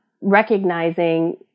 recognizing